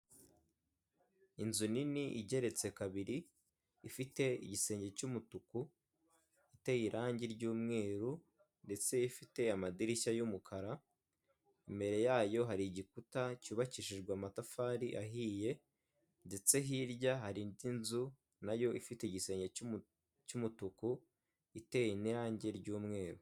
Inzu nini igeretse kabiri, ifite igisenge cy'umutuku, iteye irangi ry’umweru ndetse ifite amadirishya y’umukara, imbere yayo har’igikuta cyubakishijwe amatafari ahiye, ndetse hirya har’indi nzu nayo ifite igisenge cy'umutuku iteye n'irangi ry'umweru.